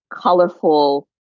colorful